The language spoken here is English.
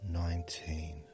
nineteen